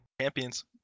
Champions